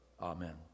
Amen